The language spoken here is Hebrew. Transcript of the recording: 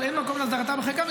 אבל אין מקום להסדרתה בחקיקה,